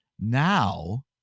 Now